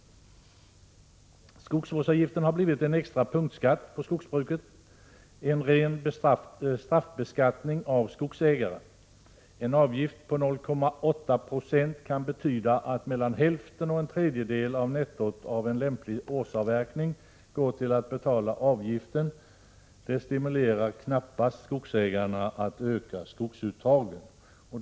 Skogsvårdsavgiften har blivit en extra punktskatt på skogsbruket — en ren straffbeskattning av skogsägare. En avgift på 0,8 926 kan betyda att mellan hälften och en tredjedel av nettot av en lämplig årsavverkning går till att betala avgiften. Det stimulerar knappast skogsägarna att öka skogsuttagen.